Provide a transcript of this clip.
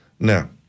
Now